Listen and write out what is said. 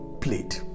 played